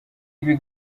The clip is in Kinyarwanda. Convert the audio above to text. ibi